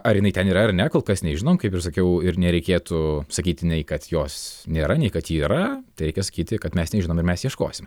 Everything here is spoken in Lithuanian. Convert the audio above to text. ar jinai ten yra ar ne kol kas nežinom kaip ir sakiau ir nereikėtų sakyti nei kad jos nėra nei kad ji yra tai reikia sakyti kad mes nežinom ir mes ieškosim